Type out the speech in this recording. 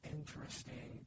Interesting